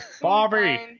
Bobby